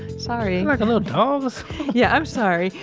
sorry like a little dog yeah, i'm sorry.